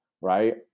right